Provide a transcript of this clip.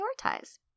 prioritize